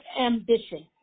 ambition